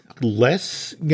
less